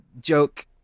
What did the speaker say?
joke